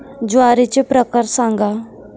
ज्वारीचे प्रकार सांगा